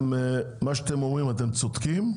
מה שאתם אומרים אתם צודקים,